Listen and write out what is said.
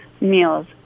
meals